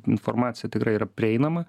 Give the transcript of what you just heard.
informacija tikrai yra prieinama